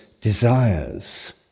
desires